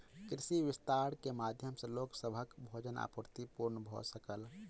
कृषि विस्तार के माध्यम सॅ लोक सभक भोजन आपूर्ति पूर्ण भ सकल